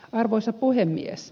arvoisa puhemies